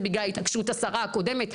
זה בגלל התעקשות השרה הקודמת,